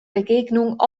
begegnung